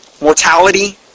mortality